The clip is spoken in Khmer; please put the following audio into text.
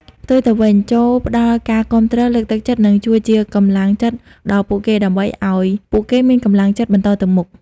ផ្ទុយទៅវិញ ចូរផ្តល់ការគាំទ្រ លើកទឹកចិត្ត និងជួយជាកម្លាំងចិត្តដល់ពួកគេ ដើម្បីឱ្យពួកគេមានកម្លាំងចិត្តបន្តទៅមុខ។